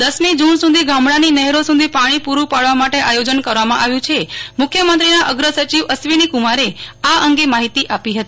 દસમી જુન સુ ધી ગામડાની નહેરો સુ ધી પાણી પુરૂ પાડવા માટે આયોજન કરવામાં આવ્યુ છેમુ ખ્યમંત્રીના અગ્ર સચિવ અશ્વિનીકુમારે આ અંગે માહિતી આપી હતી